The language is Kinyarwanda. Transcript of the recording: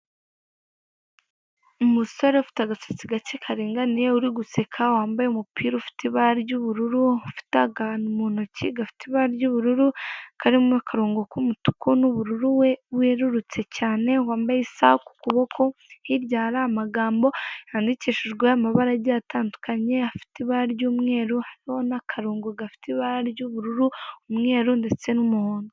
Umusore ufite agatsatsi gake karinganiye uri guseka wambaye umupira ufite ibara ry'ubururu, ufite akantu agantu mu ntoki gafite ibara ry'ubururu karimo akarongo k'umutuku n'ubururu werurutse cyane, wambaye isaha ku kuboko hirya hari amagambo handikishijwe amabara agiye atandukanye afite ibara ry'umweru hariho n'akarongo gafite ibara ry'ubururu, umweru ndetse n'umuhondo.